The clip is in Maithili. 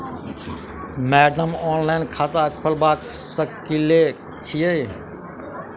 मैडम ऑनलाइन खाता खोलबा सकलिये छीयै?